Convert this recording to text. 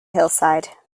hillside